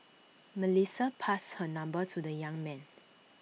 Melissa passed her number to the young man